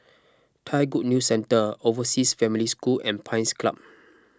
Thai Good News Centre Overseas Family School and Pines Club